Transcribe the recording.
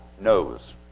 knows